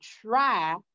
try